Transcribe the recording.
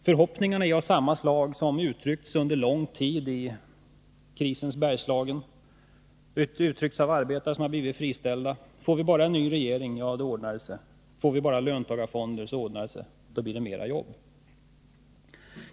Förhoppningarna är av samma slag som uttryckts under lång tid i krisens Bergslagen av arbetare som har blivit friställda: Får vi bara en ny regering så ordnar det sig, får vi bara löntagarfonder så ordnar det sig — då blir det fler jobb.